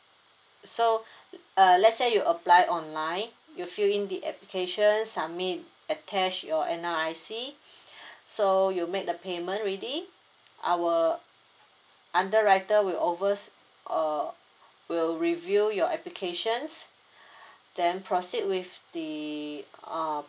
so uh let's say you apply online you fill in the application submit attach your N_R_I_C so you make the payment already our underwriter will overse~ uh will review your applications then proceed with the uh